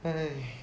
!hais!